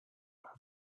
her